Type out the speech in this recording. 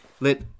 let